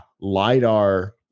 LiDAR